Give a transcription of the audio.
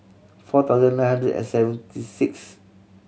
four thousand nine hundred and seventy sixth